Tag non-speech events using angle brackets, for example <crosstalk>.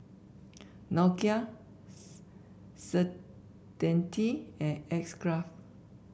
Nokia <unintelligible> Certainty and X Craft